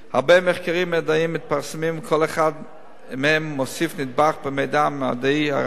הרבה מחקרים מדעיים מתפרסמים וכל אחד מהם מוסיף נדבך במידע המדעי הרב.